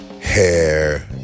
Hair